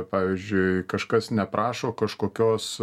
pavyzdžiui kažkas neprašo kažkokios